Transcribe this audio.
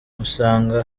musaga